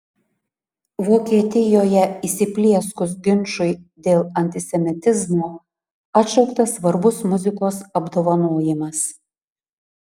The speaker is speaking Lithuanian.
vokietijoje įsiplieskus ginčui dėl antisemitizmo atšauktas svarbus muzikos apdovanojimas